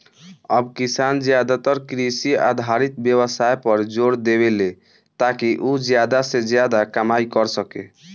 अब किसान ज्यादातर कृषि आधारित व्यवसाय पर जोर देवेले, ताकि उ ज्यादा से ज्यादा कमाई कर सके